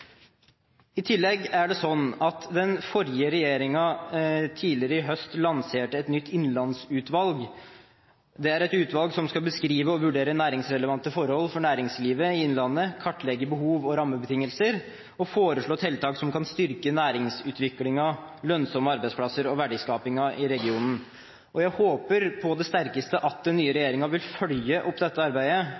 den forrige regjeringen et nytt innlandsutvalg. Det er et utvalg som skal beskrive og vurdere næringsrelevante forhold for næringslivet i innlandet, kartlegge behov og rammebetingelser og foreslå tiltak som kan styrke næringsutviklingen, lønnsomme arbeidsplasser og verdiskapingen i regionen. Jeg håper på det sterkeste at den nye regjeringen vil følge opp dette arbeidet,